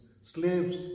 slaves